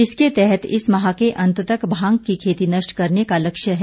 इसके तहत इस माह के अंत तक भांग की खेती नष्ट करने का लक्ष्य है